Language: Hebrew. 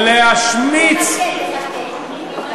תחכה, תחכה.